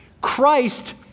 Christ